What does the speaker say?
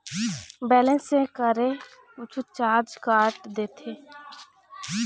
Balance check करें कुछू charge काट देथे?